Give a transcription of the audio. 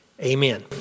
Amen